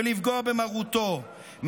ולפגוע במרותו,